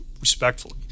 respectfully